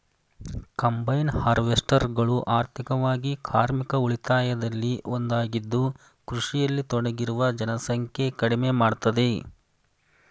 combine ಹಾರ್ವೆಸ್ಟರ್ಗಳು ಆರ್ಥಿಕವಾಗಿ ಕಾರ್ಮಿಕ ಉಳಿತಾಯದಲ್ಲಿ ಒಂದಾಗಿದ್ದು ಕೃಷಿಯಲ್ಲಿ ತೊಡಗಿರುವ ಜನಸಂಖ್ಯೆ ಕಡಿಮೆ ಮಾಡ್ತದೆ